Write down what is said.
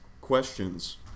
questions